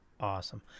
Awesome